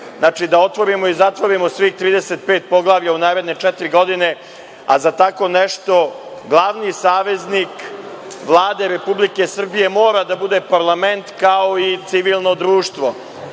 mandatu, da otvorimo i zatvorimo svih 35 poglavlja u naredne četiri godine, a za tako nešto glavni saveznik Vlade Republike Srbije mora da bude parlament, kao i civilno društvo